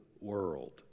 world